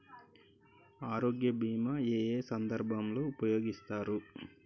ఆరోగ్య బీమా ఏ ఏ సందర్భంలో ఉపయోగిస్తారు?